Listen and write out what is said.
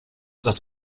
das